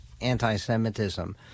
anti-semitism